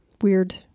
Weird